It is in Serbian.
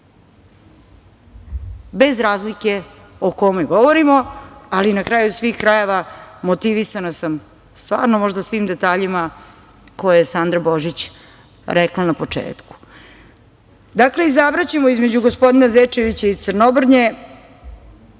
bez razlike o kome govorimo. Na kraju svih krajeva motivisana sam stvarno možda svim detaljima koje je Sandra Božić rekla na početku. Dakle, izabraćemo između gospodina Zečevića i Crnobrnje.